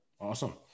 awesome